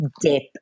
dip